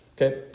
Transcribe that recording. Okay